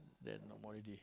then no more already